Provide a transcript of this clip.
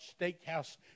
Steakhouse